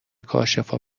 کاشفا